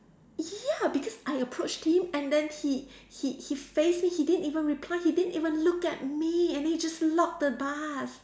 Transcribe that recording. ya because I approached him and then he he he face me he didn't even reply he didn't even look at me and then he just lock the bus